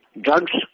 Drugs